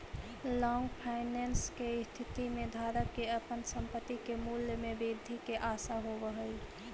long finance के स्थिति में धारक के अपन संपत्ति के मूल्य में वृद्धि के आशा होवऽ हई